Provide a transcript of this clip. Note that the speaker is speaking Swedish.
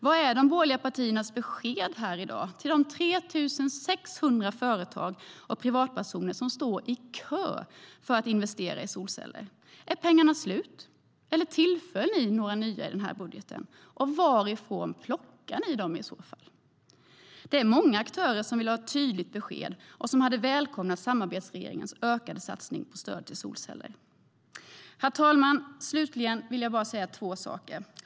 Vad är de borgerliga partiernas besked i dag till de 3 600 företag och privatpersoner som står i kö för att investera i solceller? Är pengarna slut? Tillför ni nya pengar i budgeten? Varifrån plockar ni dem i så fall? Det är många aktörer som vill ha ett tydligt besked och som hade välkomnat samarbetsregeringens ökade satsning på stöd till solceller. Herr talman! Låt mig slutligen säga två saker.